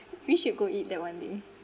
we should go eat that one day